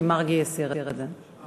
כי חבר הכנסת מרגי הסיר את הצעתו.